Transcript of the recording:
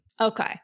Okay